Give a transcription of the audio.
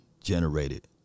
generated